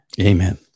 Amen